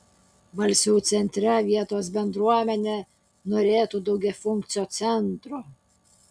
balsių centre vietos bendruomenė norėtų daugiafunkcio centro